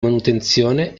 manutenzione